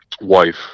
wife